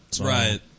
Right